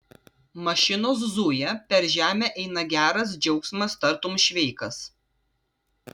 mašinos zuja per žemę eina geras džiaugsmas tartum šveikas